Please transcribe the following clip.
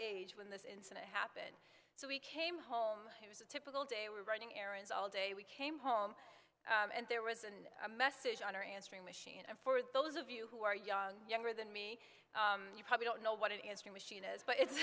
age when this incident happened so we came home it was a typical day we're running errands all day we came home and there was a message on her answering machine and for those of you who are young younger than me you probably don't know what it is your machine is but it's